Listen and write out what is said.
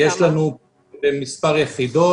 יש לנו מספר יחידות.